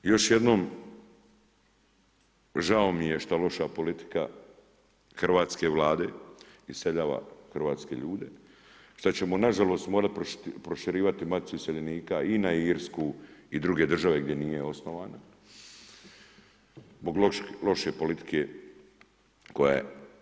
Još jednom žao mi je što loša politika hrvatske Vlade iseljava hrvatske ljude, što ćemo na žalost morati proširivati Maticu iseljenika i na Irsku i druge države gdje nije osnovana zbog loše politike koja je.